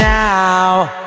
now